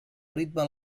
ritme